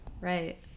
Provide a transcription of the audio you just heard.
right